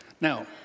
Now